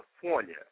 California